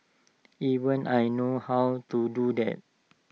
even I know how to do that